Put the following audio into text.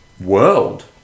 world